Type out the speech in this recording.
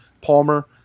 Palmer